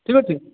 ଠିକ୍ ଅଛି